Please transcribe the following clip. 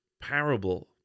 parable